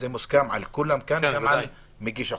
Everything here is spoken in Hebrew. זה מוסכם על כולם, גם על מגיש החוק.